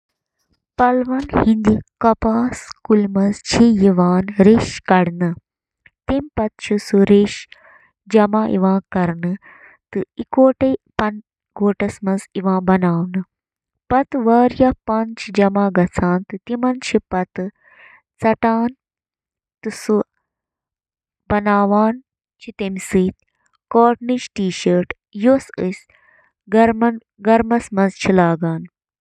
Washing machine چھِ washer کہِ ناوٕ سۭتۍ تہِ زاننہٕ یِوان سۄ مِشیٖن یۄس گنٛدٕ پَلو چھِ واتناوان۔ اَتھ منٛز چھِ اکھ بیرل یَتھ منٛز پلو چھِ تھاونہٕ یِوان۔